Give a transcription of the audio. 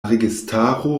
registaro